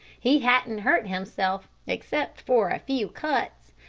he hadn't hurt himself, except for a few cuts.